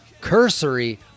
cursory